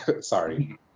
Sorry